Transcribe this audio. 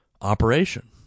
operation